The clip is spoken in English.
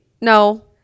No